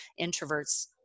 introverts